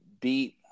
beat